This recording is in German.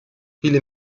viele